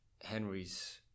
Henry's